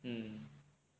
mm